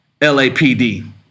LAPD